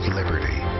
liberty